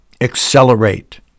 accelerate